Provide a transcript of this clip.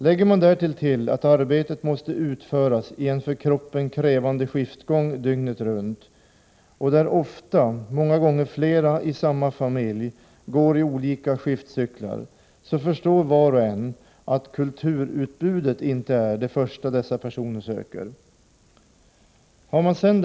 Lägger man därtill att arbetet måste utföras i en för kroppen krävande skiftgång dygnet runt, där ofta flera i samma familj går i olika skiftcykler, förstår var och en att kulturutbudet inte är det första som dessa personer söker sig fram till.